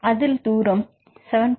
அதில் தூரம் 7